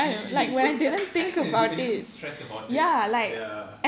really o~ I think I think when you do don't even stress about it ya